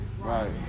Right